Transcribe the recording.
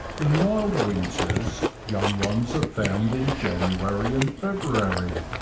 in mild winters young ones are found in january and february,